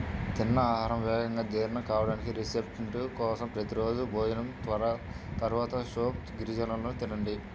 తిన్న ఆహారం వేగంగా జీర్ణం కావడానికి, రిఫ్రెష్మెంట్ కోసం ప్రతి రోజూ భోజనం తర్వాత సోపు గింజలను తినండి